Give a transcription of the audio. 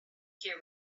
hear